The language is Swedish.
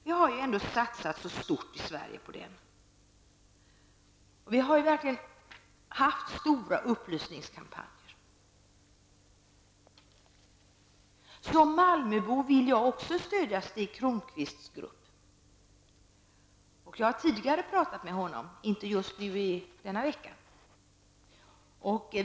Vi har ju ändå satsat så stort i Sverige och haft så stora upplysningskampanjer. Som malmöbo vill jag också stödja Stig Cronbergs grupp.